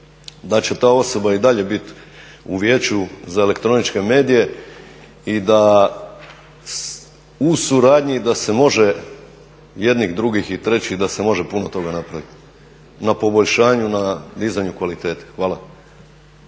da će ta osoba i dalje biti u Vijeću za elektroničke medije i da u suradnji da se može jednih, drugih i treći da se puno toga napraviti na poboljšanju na dizanju kvalitete. Hvala.